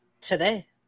Today